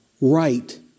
right